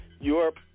Europe